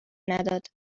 نداد